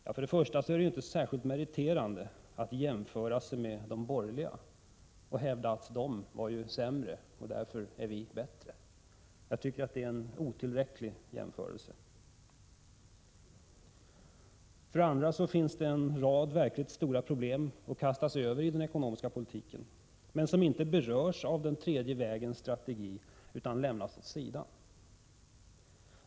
Men för det första är det inte särskilt meriterande att jämföra sig med de borgerliga och att hävda att de har varit sämre. Jag tycker att det är en otillräcklig jämförelse. För det andra finns det en rad verkligt stora problem att kasta sig över när det gäller den ekonomiska politiken men som inte berörs av den tredje vägens strategi utan lämnas åt sidan.